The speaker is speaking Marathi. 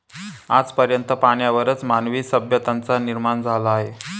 आज पर्यंत पाण्यावरच मानवी सभ्यतांचा निर्माण झाला आहे